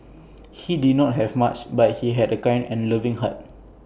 he did not have much but he had A kind and loving heart